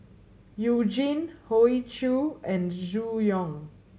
You Jin Hoey Choo and Zhu Hong